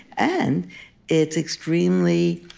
and it's extremely